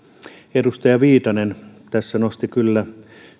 edustaja viitanen tässä nosti kyllä